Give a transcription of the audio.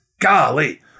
Golly